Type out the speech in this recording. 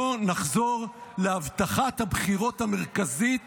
בוא נחזור להבטחת הבחירות המרכזית